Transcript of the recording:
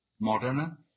Moderna